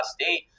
State